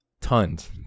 Tons